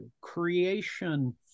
Creation